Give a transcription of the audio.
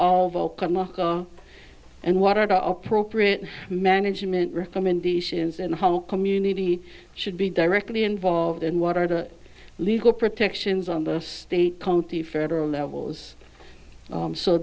naca and what are the appropriate management recommendations and how community should be directly involved and what are the legal protections on the state county federal levels